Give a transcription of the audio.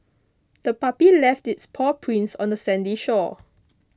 the puppy left its paw prints on the sandy shore